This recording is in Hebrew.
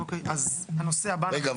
רגע.